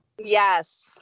Yes